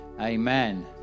Amen